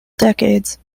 decades